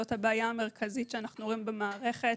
זאת הבעיה המרכזית שאנחנו רואים במערכת,